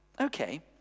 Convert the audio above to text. okay